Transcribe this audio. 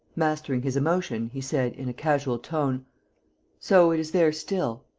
mastering his emotion, he said, in a casual tone so it is there still?